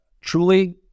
Truly